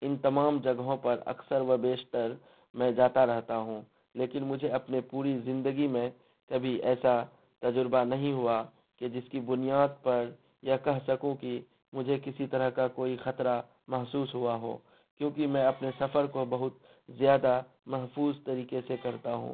ان تمام جگہوں پر اکثر و بیشتر میں جاتا رہتا ہوں لیکن مجھے اپنے پوری زندگی میں کبھی ایسا تجربہ نہیں ہوا کہ جس کی بنیاد پر یا کہہ سکوں کہ مجھے کسی طرح کا کوئی خطرہ محسوس ہوا ہو کیونکہ میں اپنے سفر کو بہت زیادہ محفوظ طریقے سے کرتا ہوں